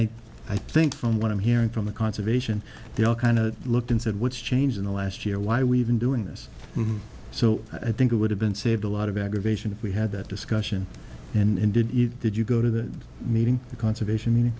i i think from what i'm hearing from the conservation they all kind of looked and said what's changed in the last year why we've been doing this so i think it would have been saved a lot of aggravation if we had that discussion and did you did you go to the meeting the conservation